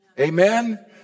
Amen